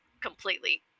completely